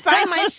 i my